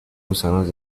gusanos